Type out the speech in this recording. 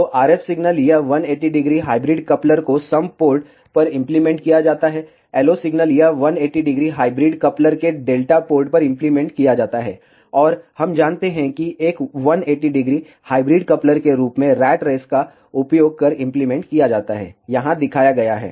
तो RF signal यह 180 degree hybrid coupler को सम पोर्ट पर इम्प्लीमेंट किया जाता है LO सिग्नल यह 180 डिग्री हाइब्रिड कपलर के डेल्टा पोर्ट पर इम्प्लीमेंट किया जाता हैऔर हम जानते हैं कि एक 180 डिग्री हाइब्रिड कपलर के रूप में रैट रेस का उपयोग कर इंप्लीमेंट किया जाता है यहाँ दिखाया गया है